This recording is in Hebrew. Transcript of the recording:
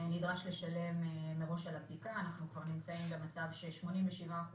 לשלם מראש על הבדיקה, אנחנו כבר נמצאים במצב ש-87%